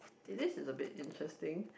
this is a bit interesting